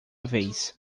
vez